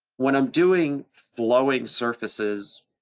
when i'm doing flowing surfaces,